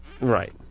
Right